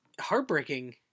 heartbreaking